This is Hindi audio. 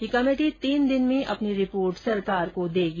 ये कमेटी तीन दिन में अपनी रिपोर्ट सरकार को देगी